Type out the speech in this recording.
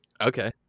Okay